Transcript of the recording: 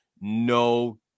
no